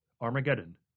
Armageddon